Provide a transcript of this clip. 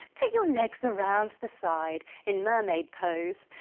take your legs around to the side in mermaid pose.